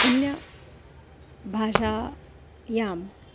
अन्यभाषायां